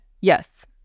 Yes